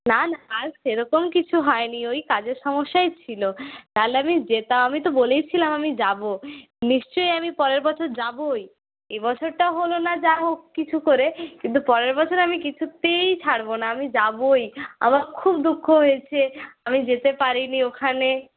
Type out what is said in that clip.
না না আর সেরকম কিছু হয়নি ওই কাজের সমস্যাই ছিলো নাহলে আমি যেতাম আমি তো বলেই ছিলাম আমি যাব নিশ্চই আমি পরের বছর যাবই এ বছরটা হল না যাহোক কিছু করে কিন্তু পরের বছর আমি কিছুতেই ছাড়ব না আমি যাবই আমার খুব দুঃখ হয়েছে আমি যেতে পারিনি ওখানে